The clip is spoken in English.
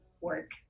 work